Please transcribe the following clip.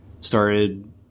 started